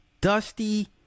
dusty